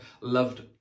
loved